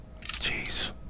Jeez